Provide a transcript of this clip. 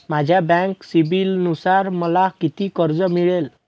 माझ्या बँक सिबिलनुसार मला किती कर्ज मिळेल?